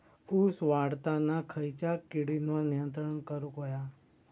ऊस वाढताना खयच्या किडींवर नियंत्रण करुक व्हया?